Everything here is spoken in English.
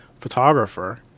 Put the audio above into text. photographer